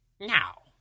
Now